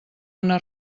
una